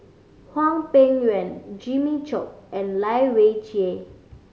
Hwang Peng Yuan Jimmy Chok and Lai Weijie